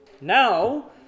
Now